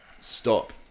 stop